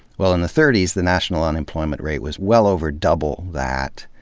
well, in the thirties, the national unemployment rate was well over double that,